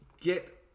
get